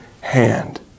hand